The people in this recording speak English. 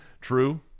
True